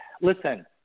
listen